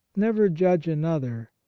never judge another.